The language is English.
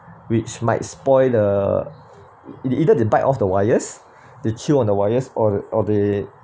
which might spoil the either they bite off the wires they chill on the wires or or they